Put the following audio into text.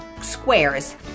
squares